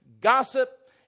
gossip